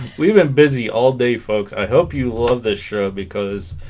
we've been busy all day folks i hope you love this show because